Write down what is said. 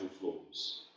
flaws